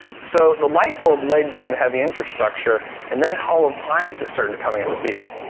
so the light bulb laid down the heavy infrastructure, and then home appliances started coming into being.